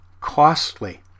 costly